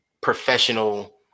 professional